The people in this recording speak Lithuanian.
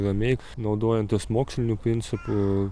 ramiai naudojantis moksliniu principu